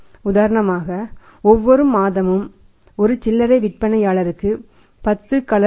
உதாரணமாக ஒவ்வொரு மாதமும் ஒரு சில்லறை விற்பனையாளருக்கு 10 கலர் T